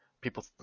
people –